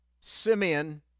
Simeon